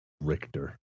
Richter